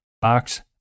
Box